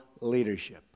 leadership